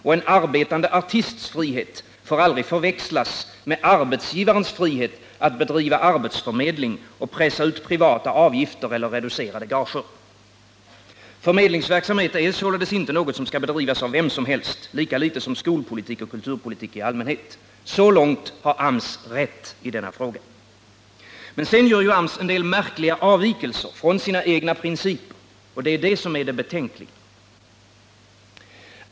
Och en arbetande artists frihet får aldrig förväxlas med arbetsgivarnas frihet att bedriva arbetsförmedling och pressa ut privata avgifter eller reducerade gager. Förmedlingsverksamhet är således inte något som skall bedrivas av vem som helst, lika litet som skolpolitik och kulturpolitik i allmänhet. Så långt har AMS rätt i denna fråga. Men sedan gör AMS en del märkliga avvikelser från sina egna principer, och det är det betänkliga.